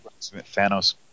Thanos